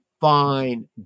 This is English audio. fine